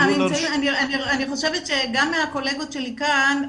אני חושבת שגם מהקולגות שלי כאן,